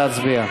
נא להצביע.